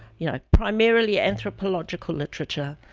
you know, primarily anthropological literature,